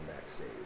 backstage